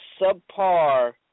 subpar